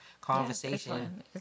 conversation